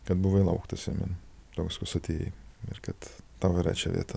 kad buvai lauktas jame toks koks atėjai ir kad tau yra čia vieta